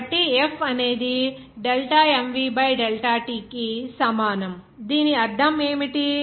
కాబట్టి F అనేది delta mv by delta t కి సమానం దీని అర్థం ఏమిటి